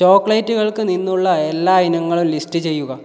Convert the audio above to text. ചോക്ലേറ്റുകൾക്ക് നിന്നുള്ള എല്ലാ ഇനങ്ങളും ലിസ്റ്റ് ചെയ്യുക